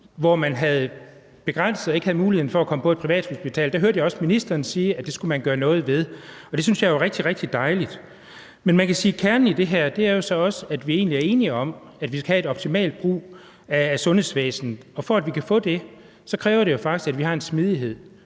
operationer, altså at man ikke havde mulighed for at komme på et privathospital. Der hørte jeg også ministeren sige, at det skulle man gøre noget ved – og det synes jeg jo er rigtig, rigtig dejligt. Men man kan sige, at kernen i det her så også er, at vi egentlig er enige om, at vi skal have en optimal brug af sundhedsvæsenet, og for at vi kan få det, kræver det jo faktisk, at vi har en smidighed.